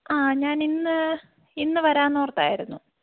ആ ഞാൻ ഇന്ന് ഇന്ന് വരാമെന്നോർത്തായിരുന്നു